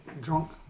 drunk